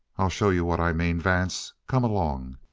i'll show you what i mean, vance. come along.